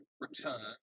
return